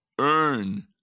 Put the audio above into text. earn